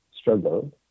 struggle